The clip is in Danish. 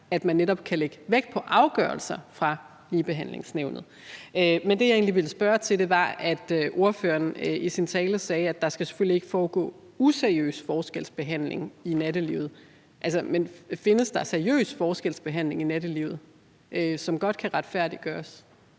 at man netop kan lægge vægt på afgørelser fra Ligebehandlingsnævnet. Men det, jeg egentlig ville spørge til, er det med, at ordføreren i sin tale sagde, at der selvfølgelig ikke skal foregå useriøs forskelsbehandling i nattelivet. Men findes der seriøs forskelsbehandling i nattelivet, som godt kan retfærdiggøres?